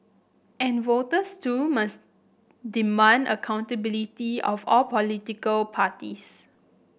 and voters too must demand accountability of all political parties